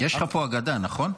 יש לך פה הגדה, נכון?